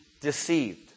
deceived